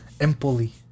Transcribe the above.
Empoli